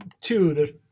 Two